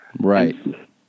right